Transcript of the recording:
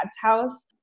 house